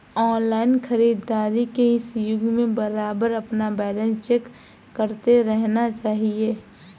online खरीदारी के इस युग में बारबार अपना बैलेंस चेक करते रहना चाहिए